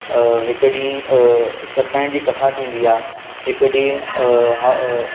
हिकु ॾींहुं सतनारायण जी कथा थींदी आहे हिकु ॾींहुं ह